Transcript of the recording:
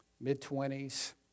Mid-twenties